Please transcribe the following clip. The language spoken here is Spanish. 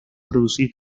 producir